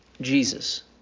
Jesus